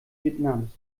vietnams